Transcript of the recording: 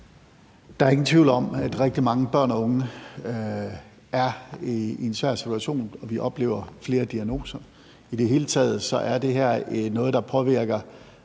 Der er ingen tvivl om, at rigtig mange børn og unge er i en svær situation, og at vi oplever flere diagnoser. I det hele taget er det her noget, der påvirker